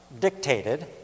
dictated